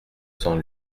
sans